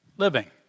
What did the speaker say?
Living